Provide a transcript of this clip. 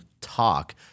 talk